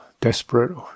desperate